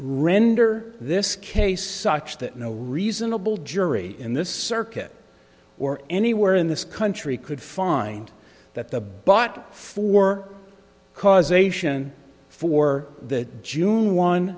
render this case such that no reasonable jury in this circuit or anywhere in this country could find that the but for causation for the june one